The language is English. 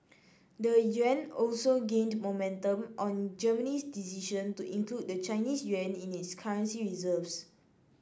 the yuan also gained momentum on Germany's decision to include the Chinese yuan in its currency reserves